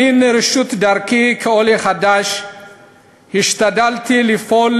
למן ראשית דרכי כעולה חדש השתדלתי לפעול